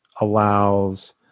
allows